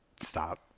Stop